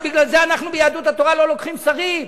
שבגלל זה אנחנו ביהדות התורה לא לוקחים תפקידי שרים.